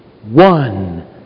one